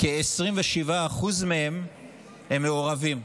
כ-27% מהם הם מעורבים,